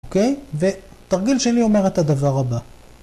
אוקיי, ותרגיל שני אומר את הדבר הבא.